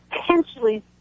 potentially